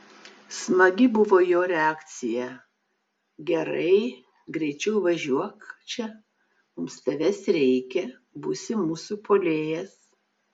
smagi buvo jo reakcija gerai greičiau važiuok čia mums tavęs reikia būsi mūsų puolėjas